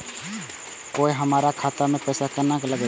कोय हमरा खाता में पैसा केना लगते?